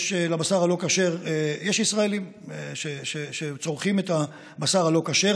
יש ישראלים שצורכים את הבשר הלא-כשר.